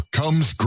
comes